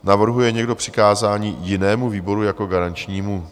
Navrhuje někdo přikázání jinému výboru jako garančnímu?